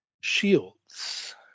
shields